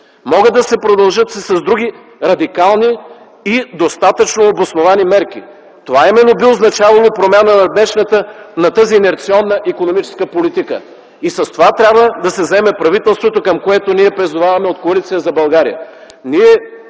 Могат да се продължат с други радикални и достатъчно обосновани мерки. Това именно би означавало промяна на тази инерционна икономическа политика. И с това трябва да се заеме правителството, към което ние призоваваме от Коалиция за България.